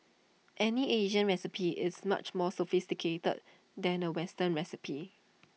any Asian recipe is much more sophisticated than A western recipe